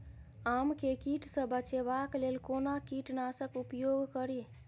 आम केँ कीट सऽ बचेबाक लेल कोना कीट नाशक उपयोग करि?